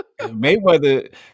Mayweather